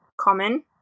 common